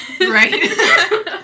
Right